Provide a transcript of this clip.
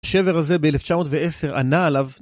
שבר הזה ב-1910 ענה עליו